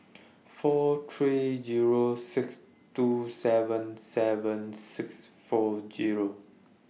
four three Zero six two seven seven six four Zero